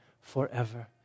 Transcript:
forever